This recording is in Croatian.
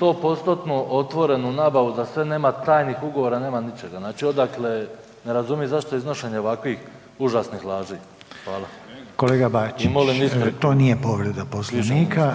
100%-tnu otvorenu nabavu za sve, nema tajnih ugovora, nema ničega. Znači odakle, ne razumijem zašto iznošenje ovakvih užasnih laži. Hvala. **Reiner, Željko (HDZ)** Kolega Bačić, to nije povreda Poslovnika